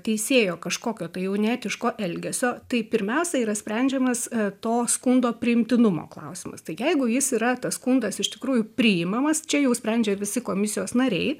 teisėjo kažkokio tai jau neetiško elgesio tai pirmiausia yra sprendžiamas to skundo priimtinumo klausimas tai jeigu jis yra tas skundas iš tikrųjų priimamas čia jau sprendžia visi komisijos nariai